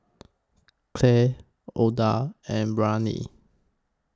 Clark Ouida and Braylen